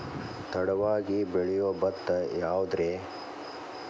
ತಡವಾಗಿ ಬೆಳಿಯೊ ಭತ್ತ ಯಾವುದ್ರೇ?